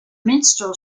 minstrel